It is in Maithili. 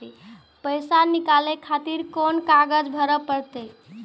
पैसा नीकाले खातिर कोन कागज भरे परतें?